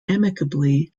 amicably